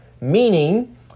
Meaning